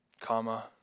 comma